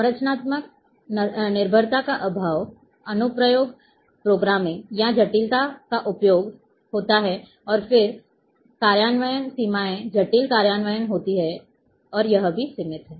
संरचनात्मक निर्भरता का अभाव अनुप्रयोग प्रोग्रामिंग और जटिलता का उपयोग होता है और फिर कार्यान्वयन सीमाएं जटिल कार्यान्वयन होती हैं और यह भी सीमित है